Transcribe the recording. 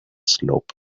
slope